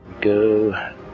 Go